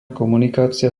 komunikácia